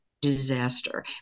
disaster